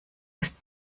das